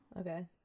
Okay